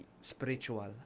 spiritual